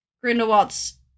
Grindelwald's